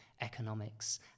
economics